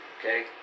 Okay